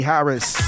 Harris